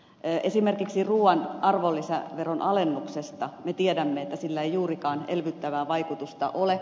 esimerkiksi ruuan arvonlisäveron alennuksesta me tiedämme että sillä ei juurikaan elvyttävää vaikutusta ole